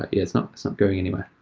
it's not so going anywhere.